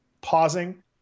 Pausing